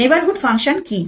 neighbourhood function key